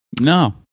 No